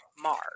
Mars